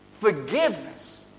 Forgiveness